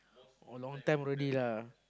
oh long time already ah